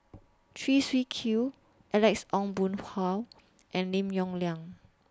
Chew Swee Kee Alex Ong Boon Hau and Lim Yong Liang